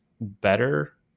better